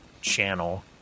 channel